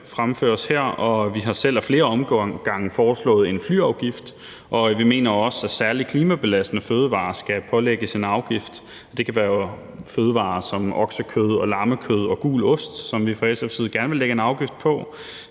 fremføres her, og vi har selv ad flere omgange foreslået en flyafgift, og vi mener også, at særlig klimabelastende fødevarer skal pålægges en afgift. Det kan være fødevarer som oksekød og lammekød og gul ost, som vi fra SF's side gerne vil lægge en afgift på,